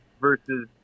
versus